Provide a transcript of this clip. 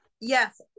Yes